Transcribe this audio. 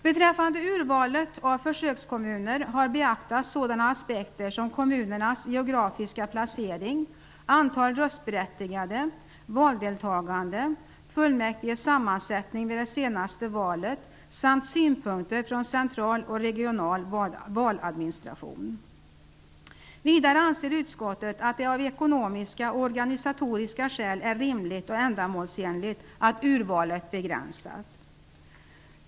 Beträffande urvalet av försökskommuner har beaktats sådana aspekter som kommunernas geografiska placering, antal röstberättigade, valdeltagande, fullmäktiges sammansättning vid det senaste valet samt synpunkter från central och regional valadministration. Vidare anser utskottet att det av ekonomiska och organisatoriska skäl är rimligt och ändamålsenligt att urvalet begränsas.